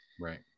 Right